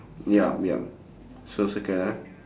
yup yup so circle ah